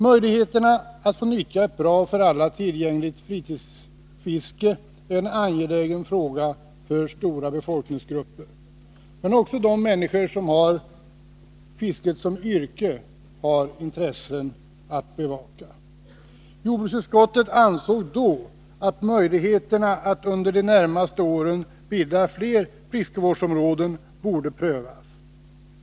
Möjligheterna att få nyttja ett bra och för alla tillgängligt fritidsfiske är en angelägen fråga för stora befolkningsgrupper. Men också de människor som har fisket till yrke har intressen att bevaka. Jordbruksutskottet ansåg då att möjligheterna att under de närmaste åren bilda fler fiskevårdsområden borde prövas.